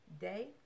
day